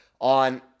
on